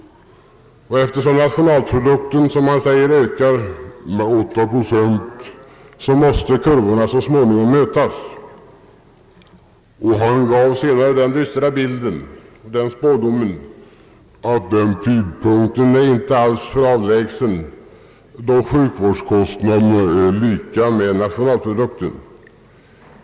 Eftersom nationalprodukten bara ökar med 8 procent, måste kurvorna snart mötas. Han gav sedan den dystra spådomen: »Den tidpunkten är inte alltför avlägsen då sjukvårdskostnaderna blir lika med bruttonationalprodukten.